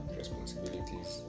responsibilities